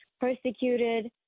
persecuted